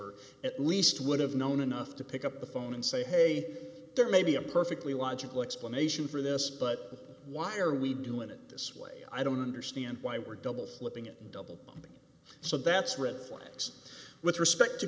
or at least would have known enough to pick up the phone and say hey there may be a perfectly logical explanation for this but why are we doing it this way i don't understand why we're double flipping it double pumping so that's red lines with respect to